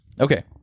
Okay